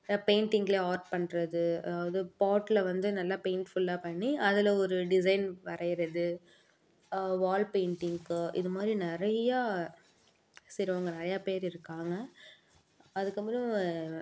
பெயிண்டிங்கில் art பண்ணுறது அதாவது bottle வந்து நல்லா பெயிண்ட்ஃபுல்லாக பண்ணி அதில் ஒரு டிசைன் வரைகிறது வால் பெயிண்டிங்க்கு இது மாதிரி நிறைய செய்கிறவங்க நிறைய பேர் இருக்காங்க அதுக்கப்புறம்